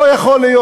לא יכול להיות,